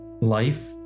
life